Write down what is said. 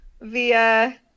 via